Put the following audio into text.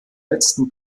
letzten